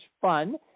fun